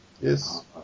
Yes